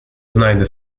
znajdę